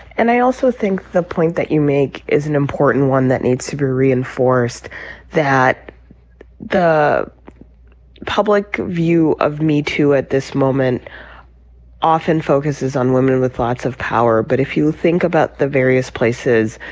and i also think the point that you make is an important one that needs to be reinforced that the public view of me too at this moment often focuses on women with lots of power but if you think about the various places